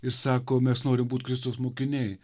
ir sako mes norim būt kristaus mokiniai